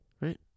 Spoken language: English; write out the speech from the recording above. Right